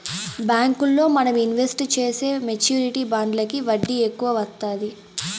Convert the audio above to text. బ్యాంకుల్లో మనం ఇన్వెస్ట్ చేసే మెచ్యూరిటీ బాండ్లకి వడ్డీ ఎక్కువ వత్తాది